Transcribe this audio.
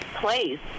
place